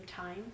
time